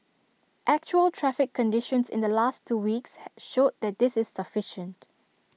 actual traffic conditions in the last two weeks showed that this is sufficient